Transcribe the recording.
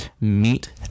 meet